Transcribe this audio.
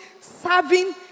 serving